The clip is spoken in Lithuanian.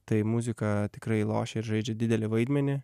tai muzika tikrai lošia ir žaidžia didelį vaidmenį